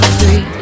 three